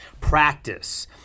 practice